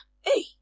Hey